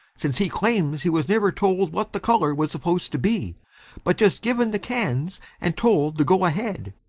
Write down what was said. since he claims he was never told what the color was supposed to be but just given the cans and told to go ahead.